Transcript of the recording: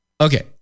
Okay